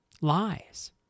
lies